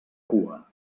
cua